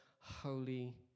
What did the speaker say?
Holy